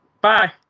bye